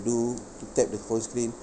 to to tap the phone screen